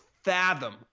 fathom